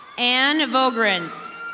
anne vogris.